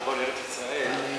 ארץ-ישראל,